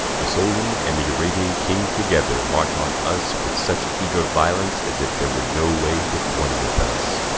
the soldan and the arabian king together march on us with such eager violence as if there were no way but one with us.